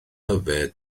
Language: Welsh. yfed